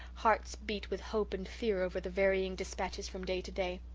hearts beat with hope and fear over the varying dispatches from day to day.